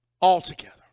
altogether